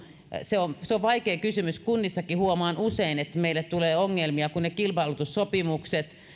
se on se on vaikea kysymys huomaan usein että kunnissakin meille tulee ongelmia kun ne kilpailutussopimukset